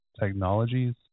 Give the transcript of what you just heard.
technologies